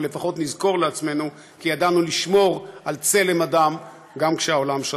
אבל לפחות נזכור לעצמנו כי ידענו לשמור על צלם אדם גם כשהעולם שתק.